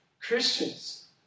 Christians